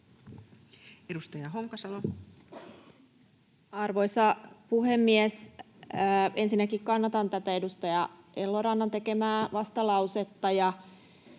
Edustaja Honkasalo. Arvoisa puhemies! Ensinnäkin kannatan tätä edustaja Elorannan tekemää vastalausetta.